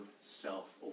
self